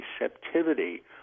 receptivity